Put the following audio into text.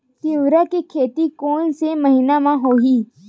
तीवरा के खेती कोन से महिना म होही?